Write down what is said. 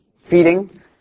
Feeding